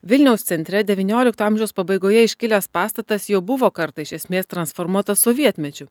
vilniaus centre devyniolikto amžiaus pabaigoje iškilęs pastatas jau buvo kartą iš esmės transformuotas sovietmečiu